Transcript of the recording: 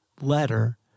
letter